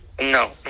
No